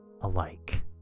alike